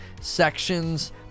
sections